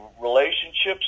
relationships